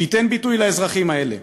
שייתן ביטוי לאזרחים האלה,